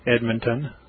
Edmonton